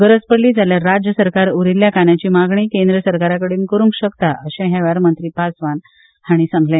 गरज पडली जाल्यार राज्य सरकार उरील्ल्या कांन्यांची मागणी केंद्र सरकाराकडेन करू शकता अशेंय ह्यावेळार मंत्री पासवान हांणी सांगले